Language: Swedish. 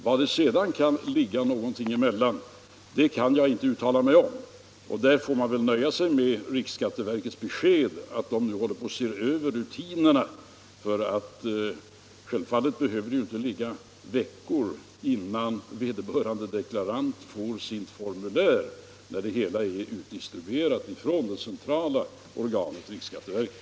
Vad det sedan kan ligga emellan kan jag inte uttala mig om. Vi får väl nöja oss med riksskatteverkets besked att man där håller på att se över rutinerna. Självfallet behöver formulären inte ligga i veckor innan vederbörande deklarant får sitt exemplar när materialet är utdistribuerat från det centrala organet, riksskatteverket.